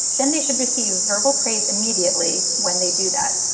then they should receive verbal praise immediately when they do that.